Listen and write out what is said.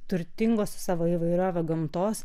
turtingos savo įvairove gamtos